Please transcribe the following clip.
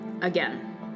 Again